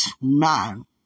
man